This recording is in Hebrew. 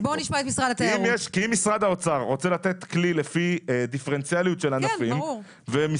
אם משרד האוצר רוצה לתת כלי לפי דיפרנציאליות של אנשים והם